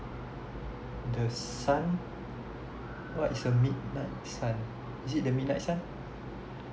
the sun what it's a midnight sun is it the midnight sun